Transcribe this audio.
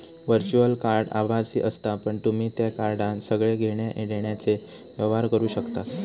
virtual card आभासी असता पण तुम्ही त्या कार्डान सगळे घेण्या देण्याचे व्यवहार करू शकतास